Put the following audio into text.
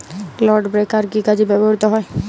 Clod breaker কি কাজে ব্যবহৃত হয়?